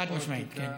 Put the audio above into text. חד-משמעית, כן.